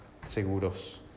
seguros